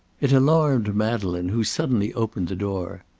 it alarmed madeleine, who suddenly opened the door.